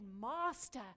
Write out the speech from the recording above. Master